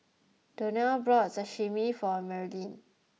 Donnell bought Sashimi for Marilynn